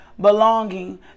belonging